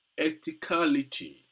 ethicality